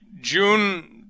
June